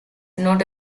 not